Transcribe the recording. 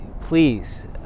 please